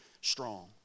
strong